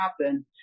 happen